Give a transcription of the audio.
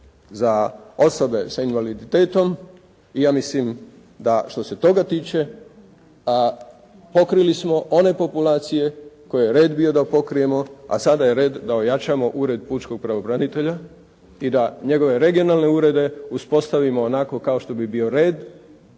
za osobe sa invaliditetom i ja mislim da što se toga tiče pokrili smo one populacije koje je red bio da pokrijemo, a sada je red da ojačamo Ured pučkog pravobranitelja i da njegove regionalne urede uspostavimo onako kao što bi bio red